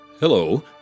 Hello